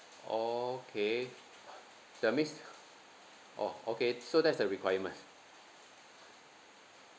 oh okay that means oh okay so that's the requirement